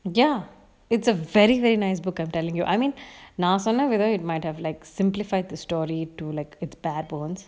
ya it's a very very nice book I'm telling you I mean now so some people might have like simplified the story to like it's backbones